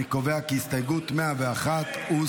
אני קובע כי הסתייגות 101 הוסרה.